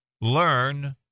learn